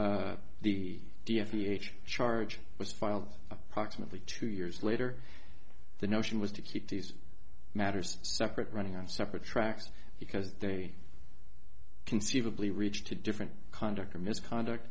the d m v h charge was filed approximately two years later the notion was to keep these matters separate running on separate tracks because they conceivably reached a different conduct or misconduct